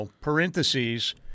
parentheses